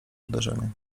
uderzenie